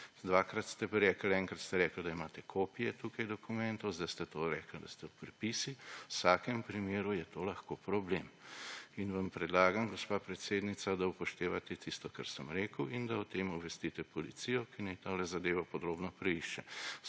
Dvakrat ste rekli, enkrat ste rekli, da imate tukaj kopije dokumentov, zdaj ste o rekli, da so prepisi. V vsakem primeru je to lahko problem. In vam predlagam, gospa predsednica, da upoštevate tisto, kar sem rekel in da o tem obvestite policijo, ki naj tole zadevo podrobno preišče.